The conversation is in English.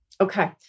Okay